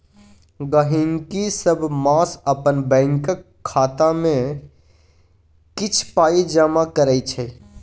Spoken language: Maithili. गहिंकी सब मास अपन बैंकक खाता मे किछ पाइ जमा करै छै